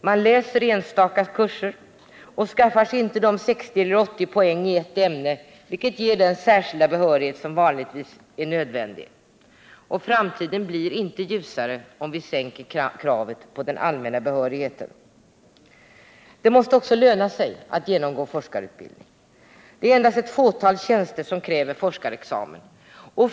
Man läser enstaka kurser och skaffar sig inte de 60 e'!ler 80 poäng i ett ämne som ger den särskilda behörighet som vanligtvis är nödvändig. Framtiden blir inte ljusare, om vi sänker kraven på den allmänna behörigheten. Det måste också löna sig att genomgå forskarutbildning. Det är endast ett fåtal tjänster som kräver forskarexamen.